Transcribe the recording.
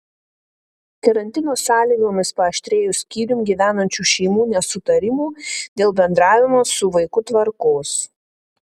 karantino sąlygomis paaštrėjo skyrium gyvenančių šeimų nesutarimų dėl bendravimo su vaiku tvarkos